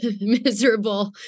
miserable